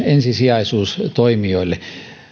ensisijaisuus toimijoille